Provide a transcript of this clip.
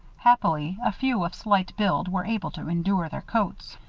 happily, a few of slight build were able to endure their coats.